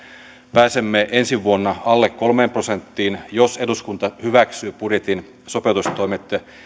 pääsemme ensi vuonna alle kolmeen prosenttiin jos eduskunta hyväksyy budjetin sopeutustoimet